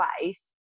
place